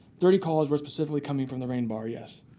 thirty calls were specifically coming from the reign bar, yes.